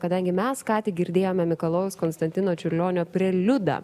kadangi mes ką tik girdėjome mikalojaus konstantino čiurlionio preliudą